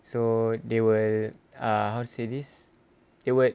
so they will err how to say this they will